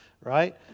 right